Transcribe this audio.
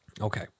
Okay